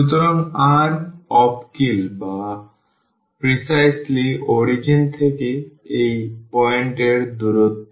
সুতরাং r অবিকল origin থেকে এই পয়েন্ট এর দূরত্ব